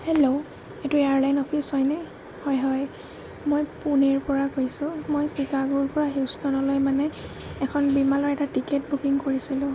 hello এইটো airline office হয়নে হয় হয় মই পুনেৰ পৰা কৈছোঁ মই চিকাগুৰ পৰা হিউস্থনলৈ মানে এখন বিমানৰ এটা টিকেট বুকিং কৰিছিলোঁ